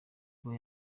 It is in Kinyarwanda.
kuba